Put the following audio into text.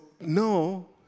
no